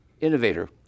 innovator